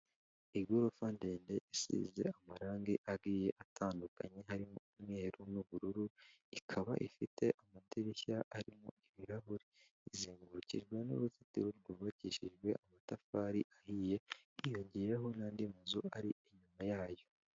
Igorofa ndende isize amarangi agiye atandukanye harimo umweru n'ubururu, ikaba ifite amadirishya arimo ibirahuri, izengurukijwe n'uruzitiro rwubakishijwe amatafari ahiye hiyongeyeho n'andi mazu ari inyuma yayo.